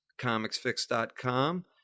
comicsfix.com